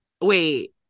wait